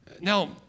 Now